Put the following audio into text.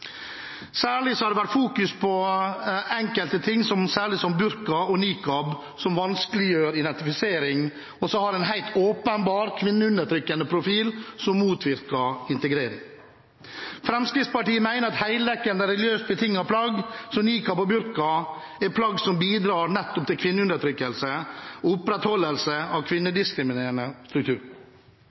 Særlig har det vært fokusert på ting som burka og nikab, som vanskeliggjør identifisering, og som har en helt åpenbar kvinneundertrykkende profil – som motvirker integrering. Fremskrittspartiet mener at heldekkende, religiøst betingede plagg som nikab og burka er plagg som nettopp bidrar til kvinneundertrykkelse og opprettholdelse av kvinnediskriminerende struktur.